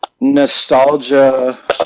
nostalgia